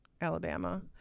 alabama